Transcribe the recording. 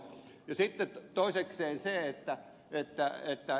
sitten toisekseen se että ed